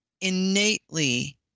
innately